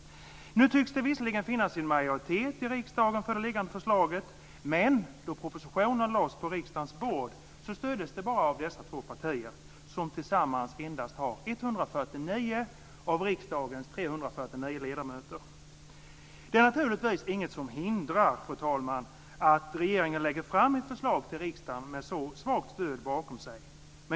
Nu tycks det visserligen finnas en majoritet i riksdagen för det liggande förslaget. Men då propositionen lades på riksdagens bord stöddes den bara av dessa två partier, som tillsammans endast har 149 av riksdagens 349 Fru talman! Det är naturligtvis ingenting som hindrar att regeringen lägger fram ett förslag till riksdagen med så svagt stöd bakom sig.